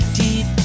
deep